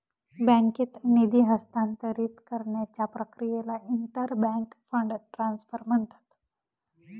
बँकेत निधी हस्तांतरित करण्याच्या प्रक्रियेला इंटर बँक फंड ट्रान्सफर म्हणतात